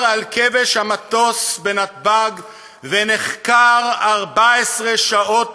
על כבש המטוס בנתב"ג ונחקר 14 שעות,